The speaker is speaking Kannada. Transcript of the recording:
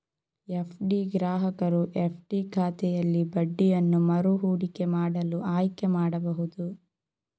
ಎಫ್.ಡಿ ಗ್ರಾಹಕರು ಎಫ್.ಡಿ ಖಾತೆಯಲ್ಲಿ ಬಡ್ಡಿಯನ್ನು ಮರು ಹೂಡಿಕೆ ಮಾಡಲು ಆಯ್ಕೆ ಮಾಡಬಹುದು